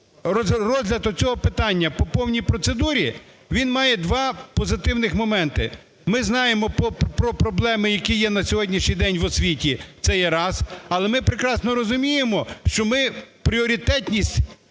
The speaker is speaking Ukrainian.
розгляд цього питання по повній процедурі, він має два позитивних моменти: ми знаємо про проблеми, які є на сьогоднішній день в освіті, це є раз, але ми прекрасно розуміємо, що ми пріоритетність